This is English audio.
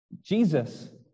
jesus